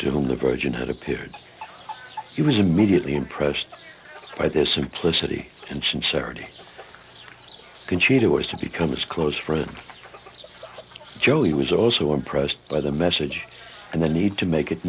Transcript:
virgin had appeared he was immediately impressed by their simplicity and sincerity conchita was to become his close friend joe he was also impressed by the message and the need to make it